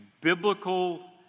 biblical